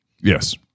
Yes